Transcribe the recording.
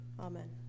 Amen